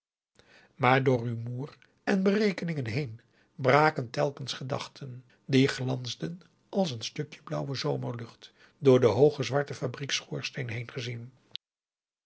maar door rumoer en berekeningen heen braken telkens gedachten die glansden als een stukje blauwe zonnelucht door den hoogen zwarten